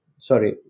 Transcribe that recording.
Sorry